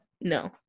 No